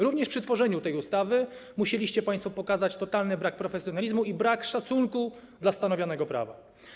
Również przy tworzeniu tej ustawy musieliście państwo pokazać totalny brak profesjonalizmu i brak szacunku dla stanowionego prawa.